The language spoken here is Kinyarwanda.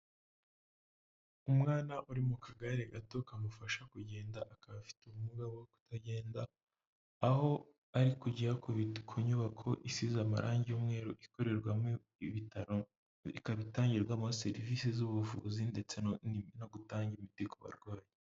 Umwana uri mu kagare gato kamufasha kugenda akaba afite ubumuga bwo kutagenda, aho ari kujya ku nyubako isize amarangi y'umweru ikorerwamo ibitaro. Ikaba itangirwamo serivisi z'ubuvuzi ndetse no gutanga imiti ku barwayi.